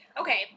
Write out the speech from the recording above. Okay